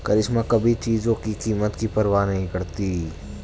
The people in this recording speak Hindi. करिश्मा कभी चीजों की कीमत की परवाह नहीं करती